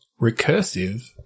recursive